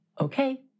Okay